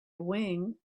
wing